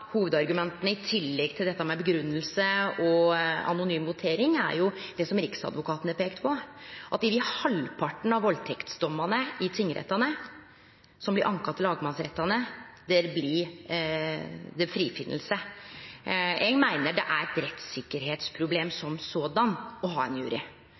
hovudargumenta i tillegg til grunngjeving og anonym votering er det som riksadvokaten har peikt på, at i over halvparten av valdtektsdommane i tingrettane som blir anka til lagmannsrettane, blir det frifinning. Eg meiner det såleis er eit rettssikkerheitsproblem å ha ein jury. Eg meiner at det å ha ein